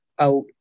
out